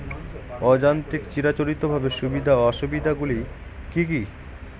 অযান্ত্রিক চিরাচরিতভাবে সুবিধা ও অসুবিধা গুলি কি কি?